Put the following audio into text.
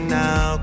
now